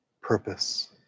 purpose